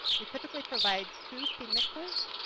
we typically provide two seed mixes.